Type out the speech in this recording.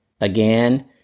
Again